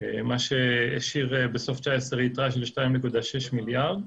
מה שהשאיר בסוף 2019 יתרה של 2.6 מיליארד.